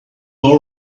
all